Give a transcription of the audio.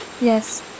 Yes